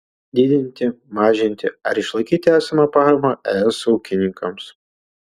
didinti mažinti ar išlaikyti esamą paramą es ūkininkams